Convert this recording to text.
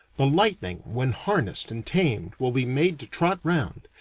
the lightning when harnessed and tamed will be made to trot round,